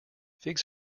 figs